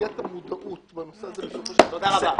שסוגיית המודעות בנושא הזה בסופו של דבר --- תודה רבה.